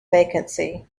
vacancy